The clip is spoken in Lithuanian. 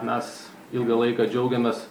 mes ilgą laiką džiaugėmės